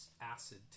acid